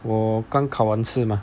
我刚考完试 mah